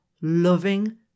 loving